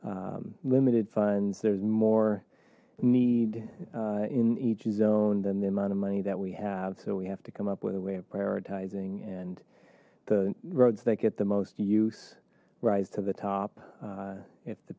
limited funds there's more need in each zone than the amount of money that we have so we have to come up with a way of prioritizing and the roads that get the most use rise to the top if the